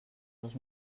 dos